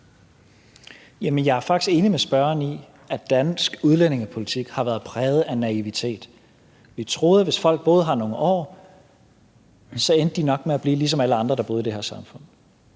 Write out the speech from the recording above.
jeg er faktisk enig med spørgeren i, at dansk udlændingepolitik har været præget af naivitet. Vi troede, at hvis folk boede her nogle år, endte de nok med at blive ligesom alle andre, der boede i det her samfund.